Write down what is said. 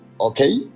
okay